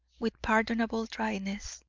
with pardonable dryness